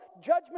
judgment